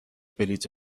بلیط